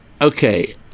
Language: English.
Okay